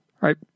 right